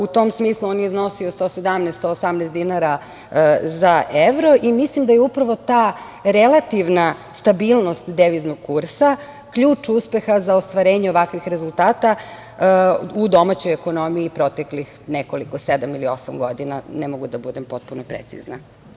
U tom smislu on je iznosio 117, 118 dinara za evro, i mislim da je upravo ta relativna stabilnost deviznog kursa ključ uspeha za ostvarenje ovakvih rezultata u domaćoj ekonomiji proteklih nekoliko sedam ili osam godina, ne mogu da budem potpuno precizna.